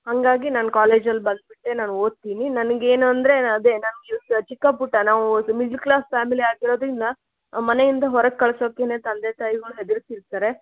ಹಂಗಾಗಿ ನಾನು ಕಾಲೇಜ್ ಅಲ್ಲಿ ಬಂದ್ಬಿಟ್ಟೆ ನಾನು ಓದ್ತೀನಿ ನನ್ಗೆ ಏನು ಅಂದರೆ ಅದೇ ನಮಗೆ ಇವತ್ತು ಚಿಕ್ಕ ಪುಟ್ಟ ನಾವೂ ಸ್ ಮಿಡ್ಲ್ ಕ್ಲಾಸ್ ಫ್ಯಾಮಿಲಿ ಆಗಿರೋದರಿಂದ ಮನೆಯಿಂದ ಹೊರಗೆ ಕಳ್ಸೋಕ್ಕೇನೆ ತಂದೆ ತಾಯಿಗಳು ಹೆದರ್ತಿರ್ತಾರೆ